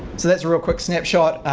so that's a real quick snapshot.